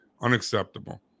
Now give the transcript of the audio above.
Unacceptable